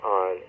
on